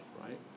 right